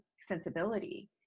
sensibility